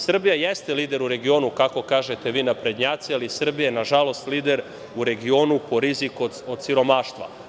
Srbija jeste lider u regionu, kako kažete vi naprednjaci, ali Srbija je, nažalost, lider u regionu po riziku od siromaštva.